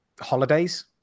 Holidays